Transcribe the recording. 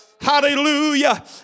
Hallelujah